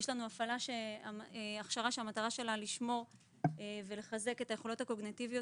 יש לנו הכשרה שמטרתה לשמור ולחזק את היכולות הקוגניטיביות